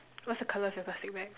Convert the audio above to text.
what's the color of your plastic bags